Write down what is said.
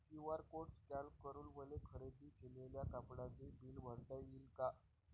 QR code scan करून मले खरेदी केलेल्या कापडाचे बिल भरता यीन का?